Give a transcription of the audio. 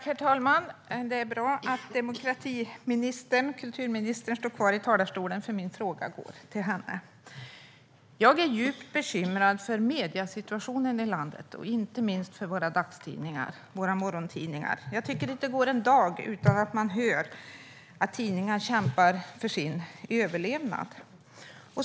Herr talman! Det är bra att kultur och demokratiministern står kvar i talarstolen, för min fråga går till henne. Jag är djupt bekymrad för mediesituationen i landet, inte minst för våra dagstidningar, våra morgontidningar. Det går knappt en dag utan att man hör att tidningar kämpar för sin överlevnad.